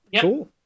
Cool